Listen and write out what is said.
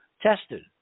tested